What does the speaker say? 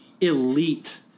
elite